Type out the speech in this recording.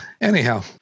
Anyhow